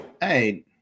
hey